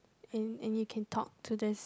and and you can talk to this